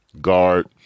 guard